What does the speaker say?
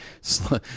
Slow